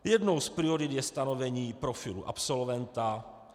Jednou z priorit je stanovení profilu absolventa.